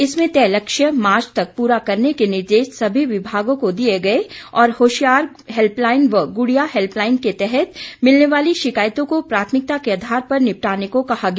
इसमें तय लक्ष्य मार्च तक पूरा करने के निर्देश सभी विभागों को दिए गए और होशियार हैल्पलाईन व गुड़िया हैल्पलाईन के तहत मिलने वाली शिकायतों को प्राथमिकता के आधार पर निपटाने को कहा गया